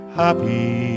happy